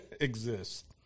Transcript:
Exist